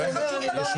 וזה חשוב לדעת.